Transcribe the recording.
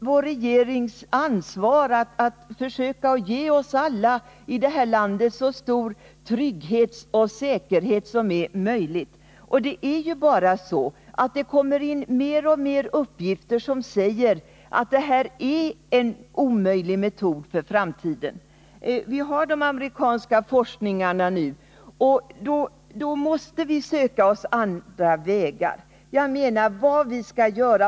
Vår regering har ansvaret för att alla i det här landet får så stor trygghet och säkerhet som möjligt. Mer och mer uppgifter visar att detta är en omöjlig metod i framtiden. Vi har ju nu senast de amerikanska forskarna som varnar för metoden. Vi måste alltså söka oss fram på andra vägar.